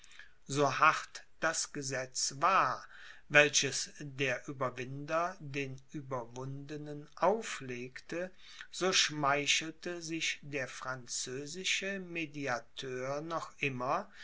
so hart das gesetz war welches der ueberwinder den ueberwundenen auflegte so schmeichelte sich der französische mediateur noch immer